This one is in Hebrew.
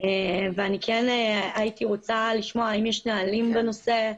כן הייתי רוצה לשמוע האם יש נהלים בנושא,